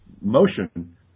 motion